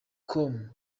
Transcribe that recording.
com